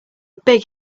big